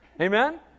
Amen